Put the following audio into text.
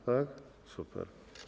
Tak? Super.